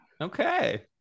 Okay